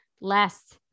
Less